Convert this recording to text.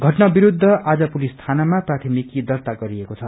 घटना विस्न्ध आज पुलिस शीनामा प्राथमिकी दर्ता गरिएको छ